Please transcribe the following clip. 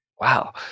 Wow